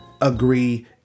agree